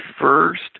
first